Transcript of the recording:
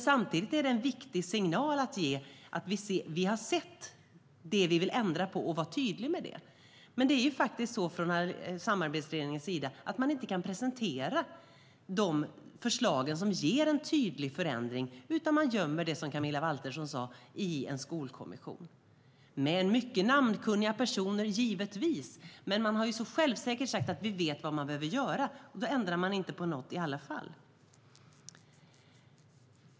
Samtidigt är det en viktig signal att ge att vi har sett det som vi vill ändra på och vill vara tydliga med det. Men det är faktiskt så att man från samarbetsregeringens sida inte kan presentera de förslag som ger en tydlig förändring utan gömmer det i en skolkommission, som Camilla Waltersson Grönvall sa, givetvis med mycket namnkunniga personer. Men man har så självsäkert sagt att man vet vad man behöver göra. Sedan ändrar man inte på någonting i alla fall.